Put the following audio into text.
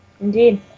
Indeed